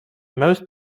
most